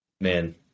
man